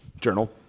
journal